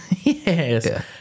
yes